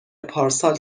پارسال